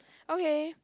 okay